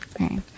Okay